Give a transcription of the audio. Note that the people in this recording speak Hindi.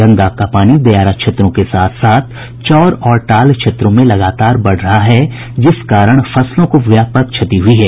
गंगा का पानी दियारा क्षेत्रों के साथ साथ चौर और टाल क्षेत्रों में लगातार बढ़ रहा है जिस कारण फसलों को व्यापक क्षति हुई है